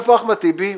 איפה אחמד טיבי?